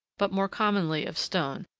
but more commonly of stone,